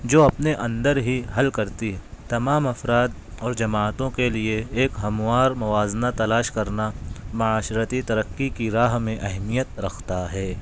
جو اپنے اندر ہی حل کرتی ہے تمام افراد اور جماعتوں کے لیے ایک ہموار موازنہ تلاش کرنا معاشرتی ترقی کی راہ میں اہمیت رکھتا ہے